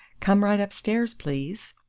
come right up stairs, please!